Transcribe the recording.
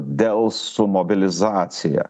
dels su mobilizacija